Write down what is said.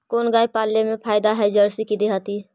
कोन गाय पाले मे फायदा है जरसी कि देहाती?